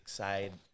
side